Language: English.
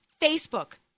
Facebook